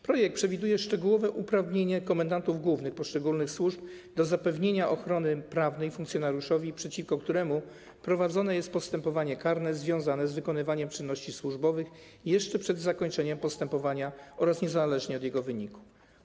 Projekt przewiduje szczegółowe uprawnienie komendantów głównych poszczególnych służb do zapewnienia ochrony prawnej funkcjonariuszowi, przeciwko któremu prowadzone jest postępowanie karne związane z wykonywaniem czynności służbowych, jeszcze przed zakończeniem postępowania oraz niezależnie od jego wyniku.